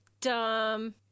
dumb